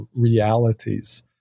realities